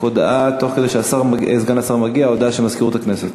תוך כדי שסגן השר מגיע יש הודעה של מזכירות הכנסת.